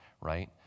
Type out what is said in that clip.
right